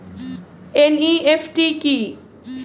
NEFT কি?